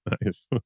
Nice